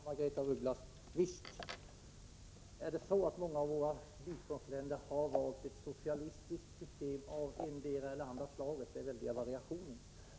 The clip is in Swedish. Herr talman! Ja, Margaretha af Ugglas, visst har många av våra biståndsländer valt ett socialistiskt system av det ena eller det andra slaget. Det finns väldiga variationer.